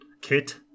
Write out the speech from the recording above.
kit